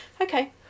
Okay